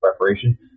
preparation